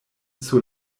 sur